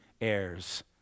heirs